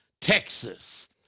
Texas